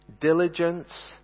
diligence